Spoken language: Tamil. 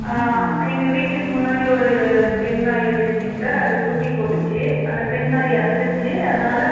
எங்கள் வீட்டுக்கு முன்னாடி ஒரு பெண் நாய் இருந்துச்சுங்க சார் அது குட்டி போட்டுச்சு அந்த பெண் நாய் இறந்துடுச்சு அதனால்